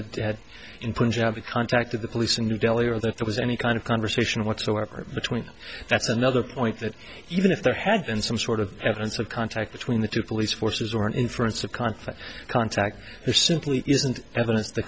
had in punjab contacted the police in new delhi or that there was any kind of conversation whatsoever between that's another point that even if there had been some sort of evidence of contact between the two police forces or an inference of conflict contact there simply isn't evidence t